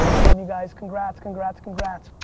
um i love you guys, congrats, congrats, congrats.